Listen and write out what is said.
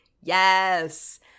Yes